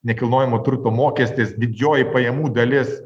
nekilnojamo turto mokestis didžioji pajamų dalis